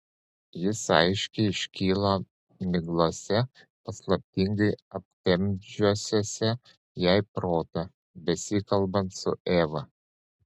jis aiškiai iškilo miglose paslaptingai aptemdžiusiose jai protą besikalbant su eva